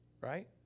Right